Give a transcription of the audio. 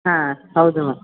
ಹಾಂ ಹೌದು ಮ್ಯಾಮ್